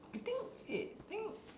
I think it I think